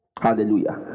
Hallelujah